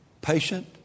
patient